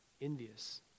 Envious